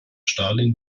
stalin